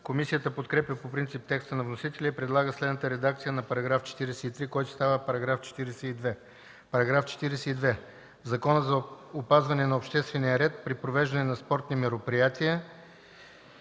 Комисията подкрепя по принцип текста на вносителя и предлага следната редакция за § 43, който става § 42: „§ 42. В Закона за опазване на обществения ред при провеждане на спортни мероприятия